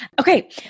Okay